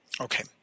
Okay